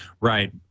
Right